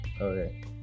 Okay